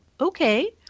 okay